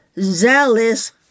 zealous